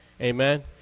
amen